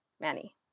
Manny